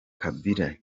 kabila